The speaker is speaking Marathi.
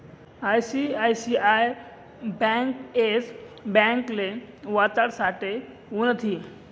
आय.सी.आय.सी.आय ब्यांक येस ब्यांकले वाचाडासाठे उनथी